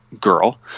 girl